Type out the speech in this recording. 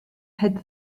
head